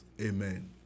Amen